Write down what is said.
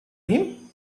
him